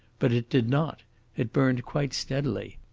but it did not it burned quite steadily.